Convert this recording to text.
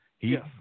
Yes